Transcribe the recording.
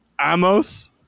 Amos